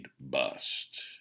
bust